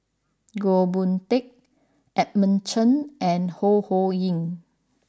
Goh Boon Teck Edmund Chen and Ho Ho Ying